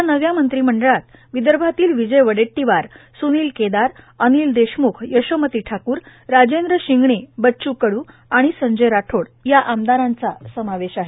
या नव्या मंत्रिमंडळात विदर्भातील विजय वडेट्टीवार स्नील केदार अनिल देशम्ख यशोमती ठाकूर राजेंद्र शिंगणे बच्चू कडू आणि संजय राठोड या आमदारांचा समावेश आहे